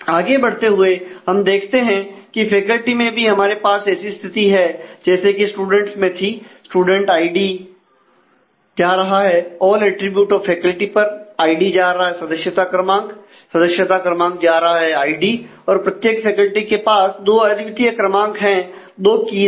आगे बढ़ते हुए हम देखते हैं कि फैकल्टी में भी हमारे पास ऐसी स्थिति है जैसे कि स्टूडेंट्स में थी student ID → all attribute of faculty ID → सदस्यता क्रमांक सदस्यता क्रमांक → आईडी और प्रत्येक फैकल्टी के पास दो अद्वितीय क्रमांक हैं दो कीज है